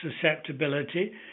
susceptibility